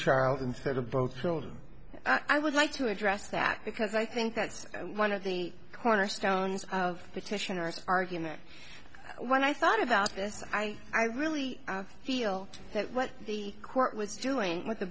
child instead of both children i would like to address that because i think that's one of the cornerstones of petitioners argument when i thought about this i i really feel that what the court was doing what the